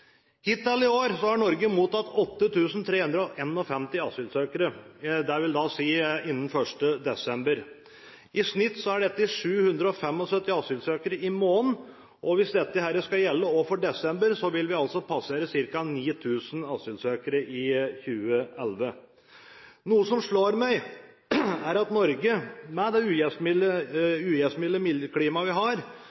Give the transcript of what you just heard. Hittil i år har Norge mottatt 8 351 asylsøkere – dvs. innen 1. desember. I snitt er dette 775 asylsøkere i måneden, og hvis dette skal gjelde også for desember, vil vi altså passere 9 000 asylsøkere i 2011. Noe som slår meg, er at Norge, med det